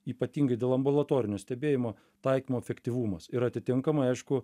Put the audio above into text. ypatingai dėl ambulatorinio stebėjimo taikymo efektyvumas ir atitinkamai aišku